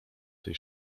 tej